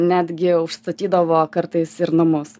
netgi užstatydavo kartais ir namus